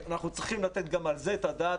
אנחנו צריכים לתת גם על זה את הדעת,